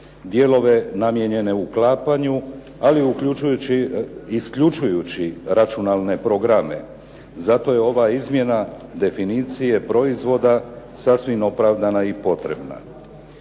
dijelove namijenjene uklapanju, ali isključujući računalne programe. Zato je ova izmjena definicije proizvoda sasvim opravdana i potrebna.